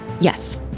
Yes